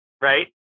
right